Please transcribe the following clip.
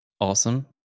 awesome